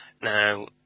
Now